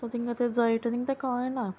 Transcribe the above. so तिंकां तें जायटा तिंकां तें कळय ना